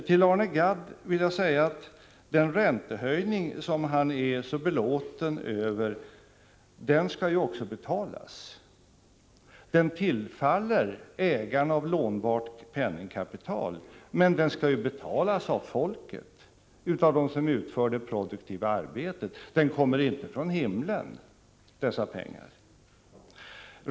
Till Arne Gadd vill jag säga att den räntehöjning som han är så belåten över också skall betalas. Den tillfaller ägare av lånbart penningkapital, men den skall ju betalas av folket, av dem som utför det produktiva arbetet. Dessa pengar kommer ju inte från himlen.